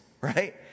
right